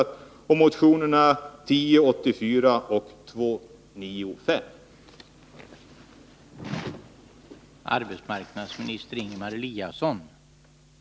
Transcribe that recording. Vidare yrkar jag bifall till motionerna 1084 och 295.